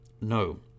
No